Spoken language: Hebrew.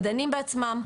מדענים בעצמם,